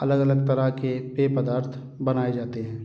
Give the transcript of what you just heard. अलग अलग तरह के पेय पदार्थ बनाए जाते हैं